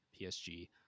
PSG